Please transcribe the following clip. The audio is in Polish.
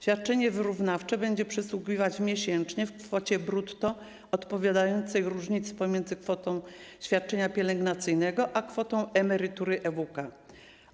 Świadczenie wyrównawcze będzie przysługiwać miesięcznie w kwocie brutto odpowiadającej różnicy pomiędzy kwotą świadczenia pielęgnacyjnego a kwotą emerytury EWK.